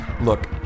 Look